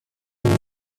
teams